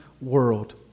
world